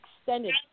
extended